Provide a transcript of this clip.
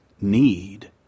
need